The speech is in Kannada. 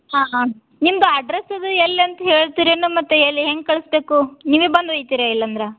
ಹಾಂ ಹಾಂ ನಿಮ್ದು ಅಡ್ರೆಸ್ದು ಎಲ್ಲ ಅಂತ ಹೇಳ್ತಿರೇನು ಮತ್ತು ಎಲ್ಲಿ ಹೆಂಗೆ ಕಳಿಸ್ಬೇಕು ನೀವೇ ಬಂದು ಒಯ್ತಿರ ಇಲ್ಲಂದ್ರೆ